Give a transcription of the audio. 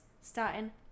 starting